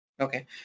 Okay